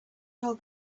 told